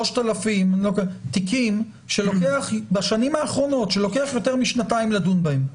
3,000 תיקים בשנים האחרונות שלוקח יותר משנתיים לדון בהם.